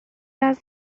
asked